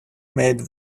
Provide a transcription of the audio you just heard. maid